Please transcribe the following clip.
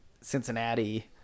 Cincinnati